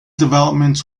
developments